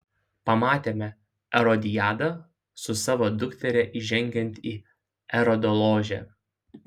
pamatėme erodiadą su savo dukteria įžengiant į erodo ložę